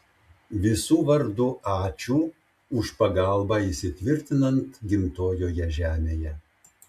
visų vardu ačiū už pagalbą įsitvirtinant gimtojoje žemėje